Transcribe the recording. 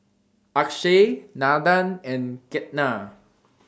Akshay Nandan and Ketna